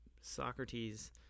Socrates